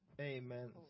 Amen